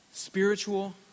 Spiritual